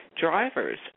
drivers